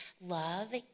love